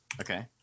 Okay